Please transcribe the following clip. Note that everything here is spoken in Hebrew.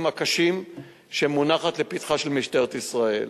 הקשים המונחים לפתחה של משטרת ישראל.